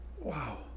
Wow